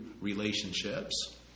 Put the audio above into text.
relationships